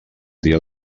dia